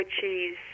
cheese